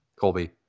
Colby